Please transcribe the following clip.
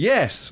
Yes